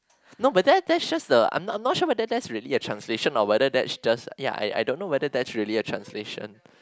no but that that's just the I'm not I'm not sure whether that's really a translation or whether that's just ya I I don't know whether that's really a translation